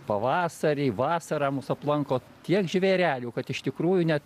pavasarį vasarą mus aplanko tiek žvėrelių kad iš tikrųjų net